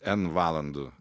n valandų